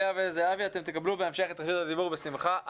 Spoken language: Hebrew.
לאה וזהבי תקבלו בהמשך את רשות הדיבור בשמחה,